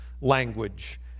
language